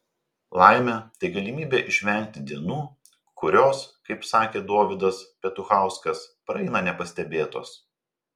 laimė tai galimybė išvengti dienų kurios kaip sakė dovydas petuchauskas praeina nepastebėtos